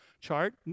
chart